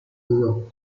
below